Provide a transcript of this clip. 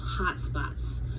hotspots